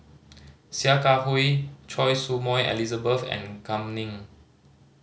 Sia Kah Hui Choy Su Moi Elizabeth and Kam Ning